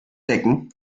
decken